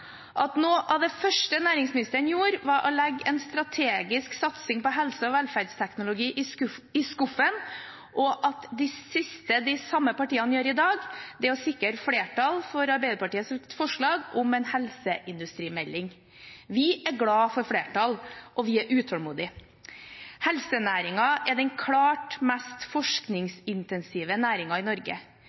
prioriteringer. Noe av det første næringsministeren gjorde, var å legge en strategisk satsing på helse- og velferdsteknologi i skuffen, og det siste de samme partiene gjør i dag, er å sikre flertall for forslaget fra bl.a. Arbeiderpartiet om en helseindustrimelding. Vi er glade for å få flertall, og vi er utålmodige. Helsenæringen er den klart mest forskningsintensive næringen i Norge.